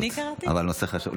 אבל הנושא חשוב.